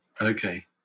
Okay